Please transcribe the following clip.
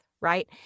right